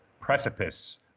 precipice